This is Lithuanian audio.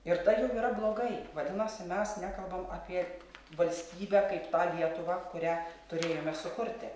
ir tai jau yra blogai vadinasi mes nekalbam apie valstybę kaip tą lietuvą kurią turėjome sukurti